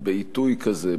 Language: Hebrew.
בעיתוי כזה,